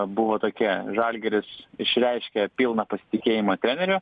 buvo tokia žalgiris išreiškia pilną pasitikėjimą treneriu